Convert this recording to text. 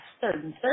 certain